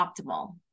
optimal